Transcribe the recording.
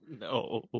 No